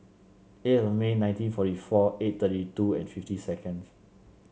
eight of May nineteen forty four twenty thirty two and fifty seconds